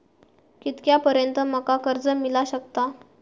कितक्या पर्यंत माका कर्ज मिला शकता?